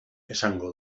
esango